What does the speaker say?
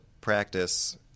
practice